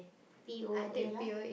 P_O_A lah